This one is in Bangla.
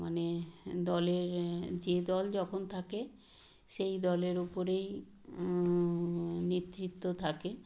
মানে দলের যে দল যখন থাকে সেই দলের উপরেই নেতৃত্ব থাকে